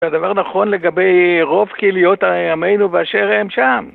הדבר נכון לגבי רוב קהיליות עמנו באשר הם שם.